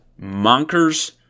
Monker's